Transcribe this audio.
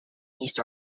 east